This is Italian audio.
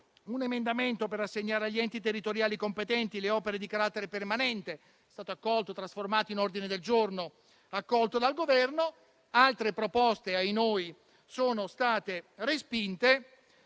un emendamento per assegnare agli enti territoriali competenti le opere di carattere permanente, che è stato trasformato in un ordine del giorno accolto dal Governo. Altre proposte - ahinoi - sono state respinte.